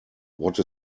what